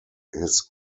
his